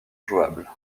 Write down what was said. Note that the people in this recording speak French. jouable